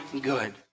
good